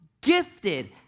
gifted